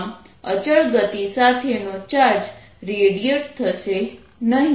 આમ અચળ ગતિ સાથેનો ચાર્જ રેડિયેટ થશે નહીં